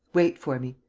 wait for me.